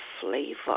flavor